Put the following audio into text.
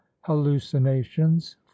hallucinations